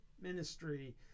ministry